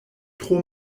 tro